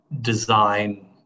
design